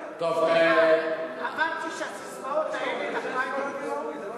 סליחה, אמרתי שהססמאות האלה הן נומרוס קלאוזוס.